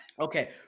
Okay